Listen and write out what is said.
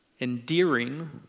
endearing